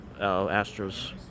Astros